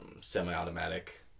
semi-automatic